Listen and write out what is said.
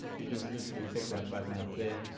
you just literally click that button up there,